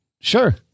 sure